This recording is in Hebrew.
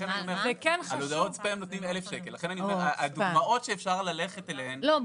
לכן אני אומר שהדוגמאות שאפשר ללכת אליהן --- לא,